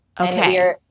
okay